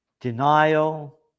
denial